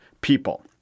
people